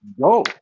Go